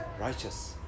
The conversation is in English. righteous